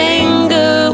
anger